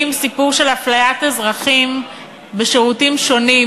סיפור של אפליית אזרחים בשירותים שונים: